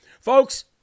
Folks